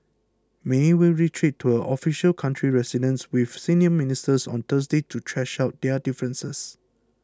may will retreat to her official country residence with senior ministers on Thursday to thrash out their differences